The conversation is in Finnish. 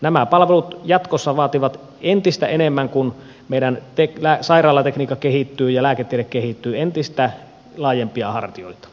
nämä palvelut vaativat jatkossa entistä enemmän kun meidän sairaalatekniikkamme kehittyy ja lääketiede kehittyy entistä laajempia hartioita